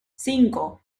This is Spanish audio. cinco